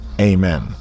Amen